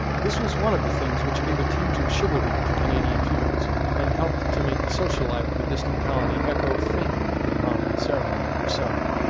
this was one of the things which gave a tinge of chivalry to canadian feudalism, and helped to make the social life of a distant colony echo faintly the pomp and ceremony of versailles.